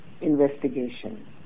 investigation